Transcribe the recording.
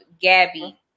Gabby